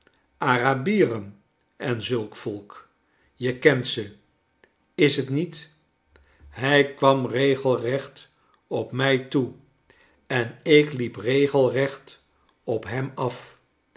arabieren en zulk volk je kent ze i is t niet hij kwam regelrecht op mij toe en ik liep regelrecht op hem af